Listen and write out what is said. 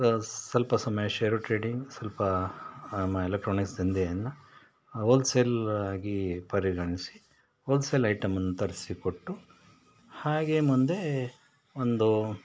ಸ್ವಲ್ಪ ಸಮಯ ಷೇರು ಟ್ರೇಡಿಂಗ್ ಸ್ವಲ್ಪ ನಮ್ಮ ಎಲೆಕ್ಟ್ರಾನಿಕ್ಸ್ ದಂಧೆಯನ್ನು ಹೋಲ್ಸೇಲ್ ಆಗಿ ಪರಿಗಣಿಸಿ ಹೋಲ್ಸೇಲ್ ಐಟಮನ್ನು ತರಿಸಿ ಕೊಟ್ಟು ಹಾಗೇ ಮುಂದೆ ಒಂದು